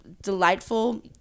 delightful